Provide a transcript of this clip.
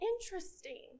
interesting